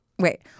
Wait